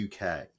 UK